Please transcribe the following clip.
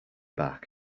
back